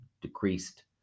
decreased